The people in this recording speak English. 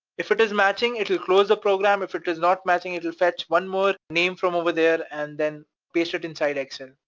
if it is matching, it'll close the program. if it is not matching, it'll fetch one more name from over there and then paste it inside excel.